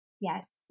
Yes